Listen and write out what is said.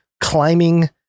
climbing